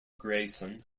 grayson